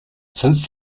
since